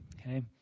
okay